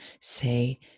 say